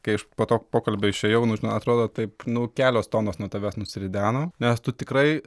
kai aš po to pokalbio išėjau nu žinot atrodo taip nu kelios tonos nuo tavęs nusirideno nes tu tikrai